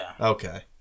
Okay